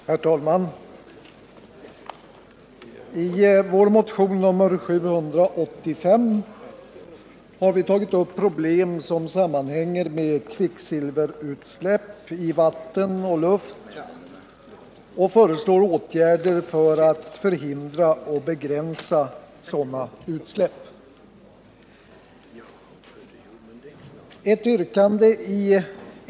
Herr talman! I vår motion 785 har vi tagit upp problem som sammanhänger med kvicksilverutsläpp i vatten och luft och föreslagit åtgärder för att förhindra och begränsa sådana utsläpp.